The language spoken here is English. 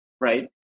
Right